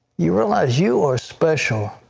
you realize you are special.